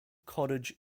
cottage